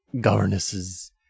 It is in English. governesses